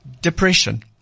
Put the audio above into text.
Depression